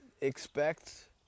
Expect